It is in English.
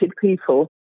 people